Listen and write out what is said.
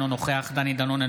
אינו נוכח דני דנון,